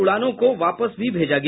कुछ उड़ानों को वापस भी भेजा गया